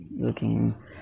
looking